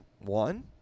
one